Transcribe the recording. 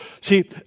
See